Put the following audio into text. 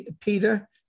Peter